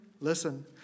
listen